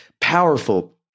powerful